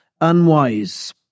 unwise